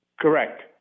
Correct